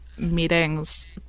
meetings